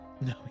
No